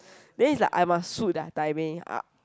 then it's like I must suit their timing uh